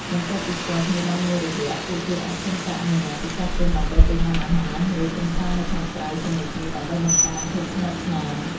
បន្ទាប់ពីស្គាល់គ្នាបានមួយរយៈ ពួកគេអាចសុំការអនុញ្ញាតពីចាស់ទុំដើម្បីទៅញ៉ាំអាហារ ឬកម្សាន្តនៅខាងក្រៅជាមួយគ្នា ដើម្បីបង្កើនភាពស្និទ្ធស្នាល។